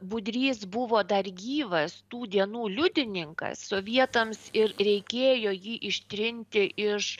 budrys buvo dar gyvas tų dienų liudininkas sovietams ir reikėjo jį ištrinti iš